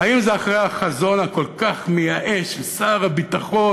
האם זה אחרי החזון הכל-כך מייאש של שר הביטחון,